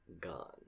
gone